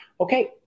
Okay